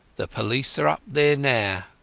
the police are up there now